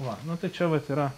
va nu tai čia vat yra